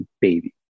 baby